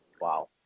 Wow